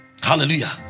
Hallelujah